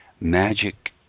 Magic